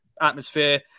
atmosphere